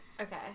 Okay